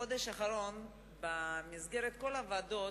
בחודש האחרון ראינו במסגרת כל הוועדות